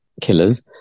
Killers